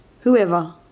whoever